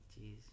Jeez